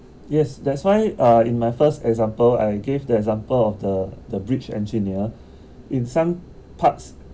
yes that's why uh in my first example I gave the example of the the bridge engineer in some parts